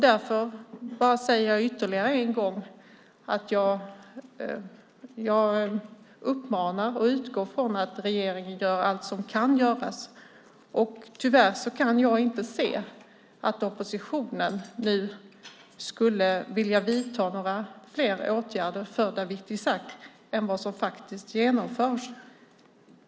Därför säger jag ytterligare en gång att jag uppmanar regeringen - jag utgår från att så också sker - gör allt som kan göras. Tyvärr kan jag inte se att oppositionen nu skulle vilja vidta fler åtgärder för Dawit Isaac utöver det som faktiskt genomförs.